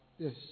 Yes